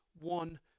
one